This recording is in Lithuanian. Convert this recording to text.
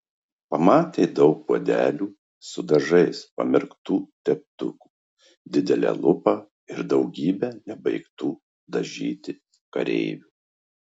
pamatė daug puodelių su dažais pamerktų teptukų didelę lupą ir daugybę nebaigtų dažyti kareivių